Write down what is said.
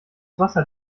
wasser